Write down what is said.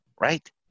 right